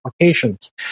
applications